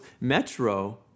Metro